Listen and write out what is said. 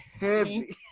heavy